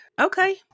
okay